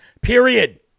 Period